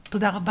בתיה,